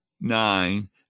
nine